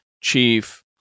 Chief